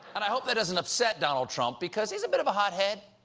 and i hope that doesn't upset donald trump, because he's a bit of a hothead,